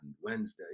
Wednesday